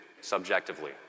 subjectively